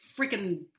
freaking